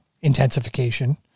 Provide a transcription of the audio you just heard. intensification